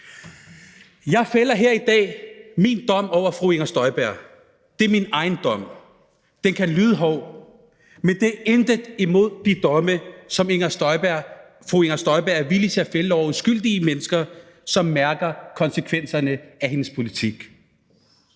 Jeg fælder her i dag min dom over fru Inger Støjberg – det er min egen dom. Den kan lyde hård, men det er intet imod de domme, som fru Inger Støjberg er villig til at fælde over uskyldige mennesker, som mærker konsekvenserne af hendes politik.